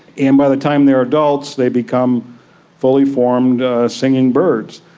and by the time they are adults they become fully formed singing birds.